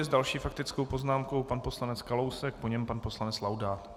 S další faktickou poznámkou pan poslanec Kalousek, po něm pan poslanec Laudát.